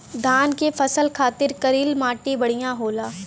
धान के फसल खातिर करील माटी बढ़िया होला